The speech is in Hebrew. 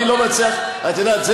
את יודעת,